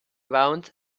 around